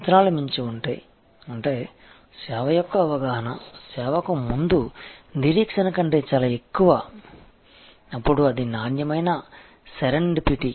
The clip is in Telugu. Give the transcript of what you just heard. అంచనాలను మించి ఉంటే అంటే సేవ యొక్క అవగాహన సేవకు ముందు నిరీక్షణ కంటే చాలా ఎక్కువ అప్పుడు అది నాణ్యమైన సెరెండిపిటీ